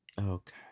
Okay